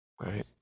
right